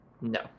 No